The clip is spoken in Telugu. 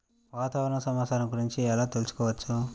వాతావరణ సమాచారం గురించి ఎలా తెలుసుకోవచ్చు?